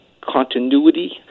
continuity